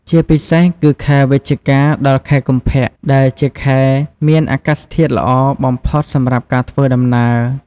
ជាពិសេសគឺខែវិច្ឆិកា ដល់ខែកុម្ភៈ ដែលជាខែមានអាកាសធាតុល្អបំផុតសម្រាប់ការធ្វើដំណើរ។